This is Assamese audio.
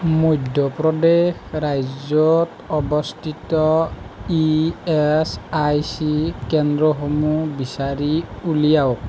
মধ্য প্ৰদেশ ৰাজ্যত অৱস্থিত ই এচ আই চি কেন্দ্ৰসমূহ বিচাৰি উলিয়াওক